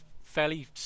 fairly